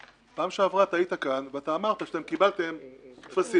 שעברה היית פה, ואמרת שקיבלתם טפסים,